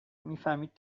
میفهمید